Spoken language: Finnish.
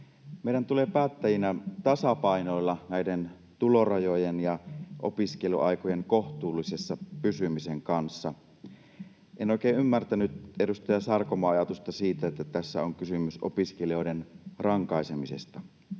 Meidän tulee päättäjinä tasapainoilla näiden tulorajojen ja opiskeluaikojen kohtuullisuudessa pysymisen kanssa. En oikein ymmärtänyt edustaja Sarkomaan ajatusta siitä, että tässä on kysymys opiskelijoiden rankaisemisesta.